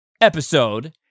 episode